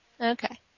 Okay